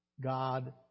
God